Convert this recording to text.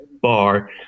bar